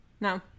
no